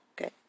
okay